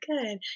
good